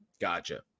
Gotcha